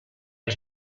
has